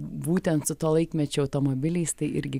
būtent su to laikmečio automobiliais tai irgi